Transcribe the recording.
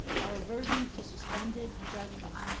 our aversion to suspended judgment,